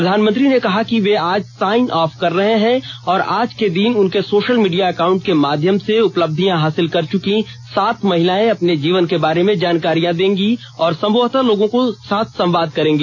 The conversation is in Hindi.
प्रधानमंत्री ने कहा कि वे आज साइन ऑफ कर रहे हैं और आज के दिन उनके सोशल मीडिया अकाउंट के माध्यम से उपलब्धियां हासिल कर चुकीं सात महिलाएं अपनी जीवन के बारे में जानकारी देंगी और संभवतः लोगों के साथ संवाद करेंगी